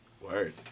Word